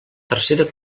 tercera